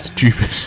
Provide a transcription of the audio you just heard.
Stupid